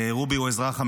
רובי הוא אזרח אמריקאי,